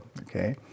Okay